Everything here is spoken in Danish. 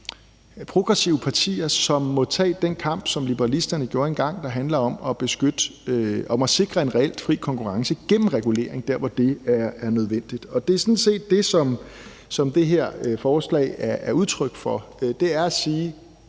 progressive partier, som må tage den kamp, som liberalisterne gjorde engang, der handler om at sikre en reel fri konkurrence gennem regulering der, hvor det er nødvendigt, og det er sådan set det, som det her forslag er udtryk for. Det er at sige,